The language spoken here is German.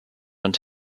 und